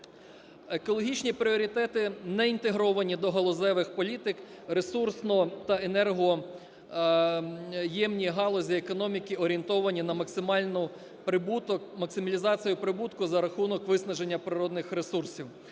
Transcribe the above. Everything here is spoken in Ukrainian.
Екологічні пріоритети не інтегровані до галузевих політик, ресурсно- та енергоємні галузі економіки орієнтовані на максимальний прибуток, максимілізацію прибутку за рахунок виснаження природних ресурсів.